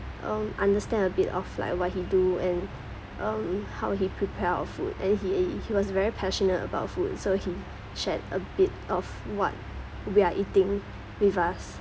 um understand a bit of like what he do and um how he prepare our food and he he he was very passionate about food so he shared a bit of what we are eating with us